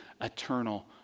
eternal